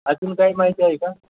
अजून काय माहिती हवी का